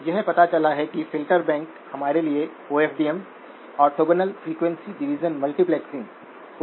incremental gate voltage vi है और incremental drain voltage gmRD